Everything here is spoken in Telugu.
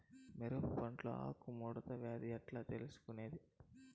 మిరప పంటలో ఆకు ముడత వ్యాధి ఎట్లా తెలుసుకొనేది?